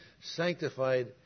sanctified